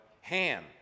Ham